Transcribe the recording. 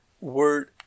word